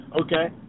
Okay